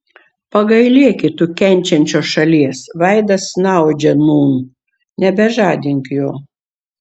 pagailėki tu kenčiančios šalies vaidas snaudžia nūn nebežadink jo